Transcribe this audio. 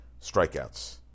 strikeouts